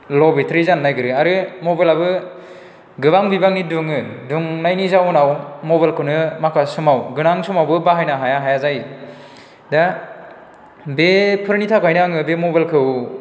ल' बेटारि जानो नागिरो आरो मबाइलाबो गोबां बिबांनि दुङो दुंनायनि जाउनाव मबाइलखौनो माखासे समाव गोनां समावबो बाहायनो हाया हाया जायो दा बेफोरनि थाखायनो आङो बे मबाइलखौ